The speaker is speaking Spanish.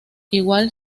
igual